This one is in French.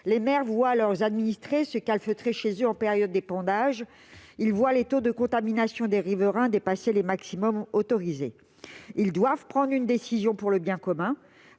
Ils voient leurs administrés se calfeutrer chez eux en période d'épandage ; ils voient les taux de contamination des riverains dépasser les seuils autorisés ; ils doivent prendre des décisions pour le bien commun,